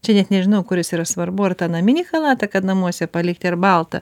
čia net nežinau kuris yra svarbu ar tą naminį chalatą kad namuose palikti ar baltą